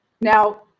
Now